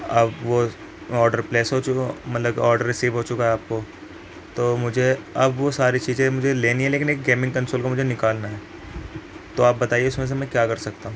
اب وہ order place ہو چکو مطلب کہ آڈر رسیو ہو چکا ہے آپ کو تو مجھے اب وہ ساری چیزیں مجھے لینی ہے لیکن ایک گیمنگ کنسول کو مجھے نکالنا ہے تو آپ بتائیے اس میں سے میں کیا کر سکتا ہوں